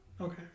Okay